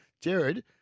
Jared